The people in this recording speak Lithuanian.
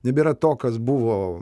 nebėra to kas buvo